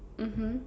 mmhmm